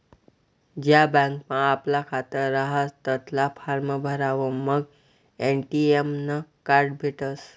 ज्या बँकमा आपलं खातं रहास तठला फार्म भरावर मंग ए.टी.एम नं कार्ड भेटसं